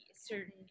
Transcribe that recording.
certain